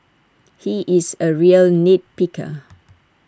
he is A real nit picker